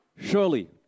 Surely